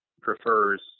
prefers